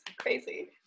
crazy